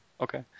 okay